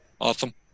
Awesome